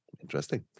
Interesting